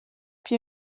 più